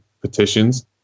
petitions